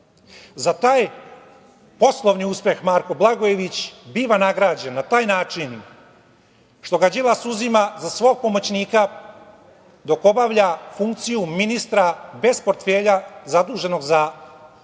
Za taj poslovni uspeh Marko Blagojević biva nagrađen na taj način što ga Đilas uzima za svog pomoćnika dok obavlja funkciju ministra bez portfelja zaduženog za